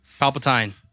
palpatine